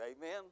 Amen